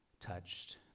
touched